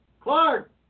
Clark